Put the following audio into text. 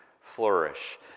flourish